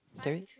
can we